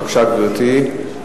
בבקשה, גברתי.